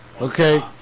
Okay